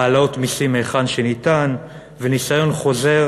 העלאות מסים על מי שניתן וניסיון חוזר